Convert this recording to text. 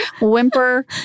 whimper